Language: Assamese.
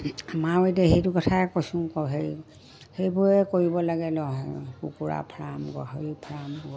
আমাৰ এতিয়া সেইটো কথাই কৈছোঁ সেই সেইবোৰে কৰিব লাগে নহয় কুকুৰা ফাৰ্ম গাহৰি ফাৰ্ম